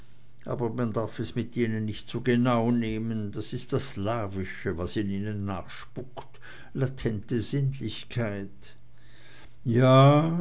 aber man darf es mit ihnen so genau nicht nehmen das ist das slawische was in ihnen nachspukt latente sinnlichkeit ja